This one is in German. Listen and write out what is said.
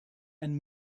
ein